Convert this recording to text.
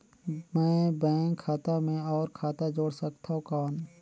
मैं बैंक खाता मे और खाता जोड़ सकथव कौन?